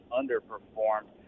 underperformed